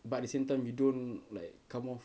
but at the same time you don't like come off